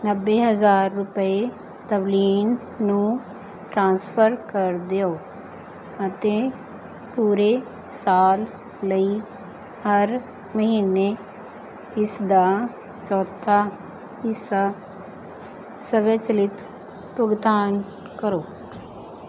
ਨੱਬੇ ਹਜ਼ਾਰ ਰੁਪਏ ਤਵਲੀਨ ਨੂੰ ਟ੍ਰਾਂਸਫਰ ਕਰ ਦਿਓ ਅਤੇ ਪੂਰੇ ਸਾਲ ਲਈ ਹਰ ਮਹੀਨੇ ਇਸਦਾ ਚੌਥਾ ਹਿੱਸਾ ਸਵੈਚਲਿਤ ਭੁਗਤਾਨ ਕਰੋ